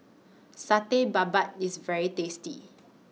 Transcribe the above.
Satay Babat IS very tasty